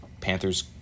Panthers